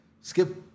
skip